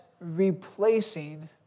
replacing